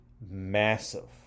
massive